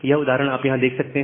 यह उदाहरण यहां आप देख सकते हैं